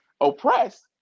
oppressed